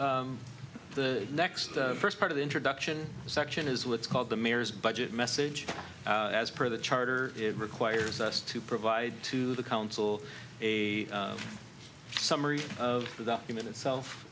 the next the first part of the introduction section is what's called the mayor's budget message as per the charter it requires us to provide to the council a summary of the document itself